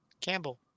Campbell